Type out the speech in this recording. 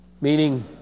Meaning